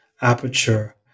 aperture